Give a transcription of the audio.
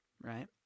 right